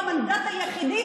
עם המנדט היחידי,